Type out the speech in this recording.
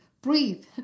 breathe